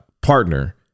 partner